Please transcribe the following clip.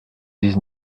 dix